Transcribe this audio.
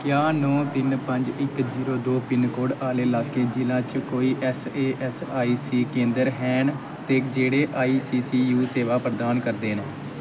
क्या नौ तिन्न पंज इक जीरो दो पिनकोड आह्ले लाकें जि'ले च कोई ऐस्स ए ऐस्स केंद्र हैन ते जेह्ड़े आई सी सी यू सेवां प्रदान करदे न